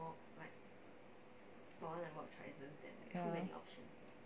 ya